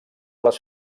les